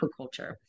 aquaculture